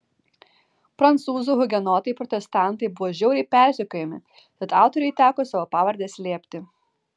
prancūzų hugenotai protestantai buvo žiauriai persekiojami tad autoriui teko savo pavardę slėpti